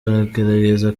aragerageza